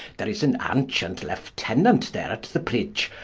there is an aunchient lieutenant there at the pridge,